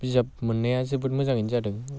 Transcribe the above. बिजाब मोननाया जोबोद मोजाङैनो जादों आरो